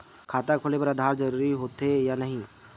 खाता खोले बार आधार जरूरी हो थे या नहीं?